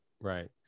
right